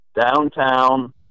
downtown